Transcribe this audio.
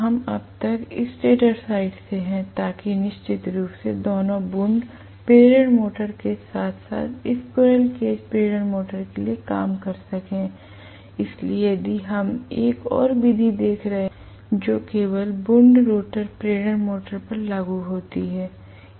हम अब तक स्टेटर साइड से हैं ताकि निश्चित रूप से दोनों वुन्ड प्रेरण मोटर के साथ साथ स्क्वीररेल केज प्रेरण मोटर के लिए काम कर सकें इसलिए यदि हम एक और विधि देख रहे हैं जो केवल वुन्ड रोटर प्रेरण मोटर पर लागू होती है